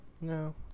No